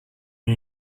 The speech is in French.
ils